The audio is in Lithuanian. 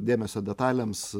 dėmesio detalėms